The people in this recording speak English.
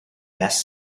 best